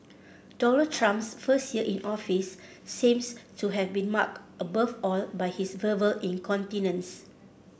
Donald Trump's first year in office seems to have been marked above all by his verbal incontinence